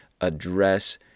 address